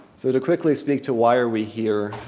so to quickly speak to why are we here.